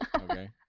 Okay